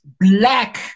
Black